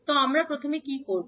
তো প্রথমে আমরা কী করব